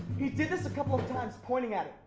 he did this a couple times, pointing at it,